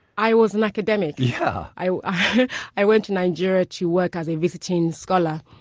i was an academic. yeah i i went to nigeria to work as a visiting scholar,